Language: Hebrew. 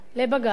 לבג"ץ,